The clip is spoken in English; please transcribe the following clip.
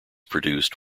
produced